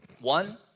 One